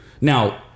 now